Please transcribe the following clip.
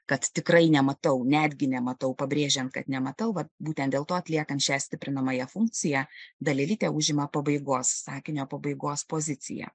kad tikrai nematau netgi nematau pabrėžiant kad nematau va būtent dėl to atliekant šią stiprinamąją funkciją dalelytė užima pabaigos sakinio pabaigos pozicija